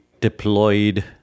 deployed